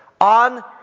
on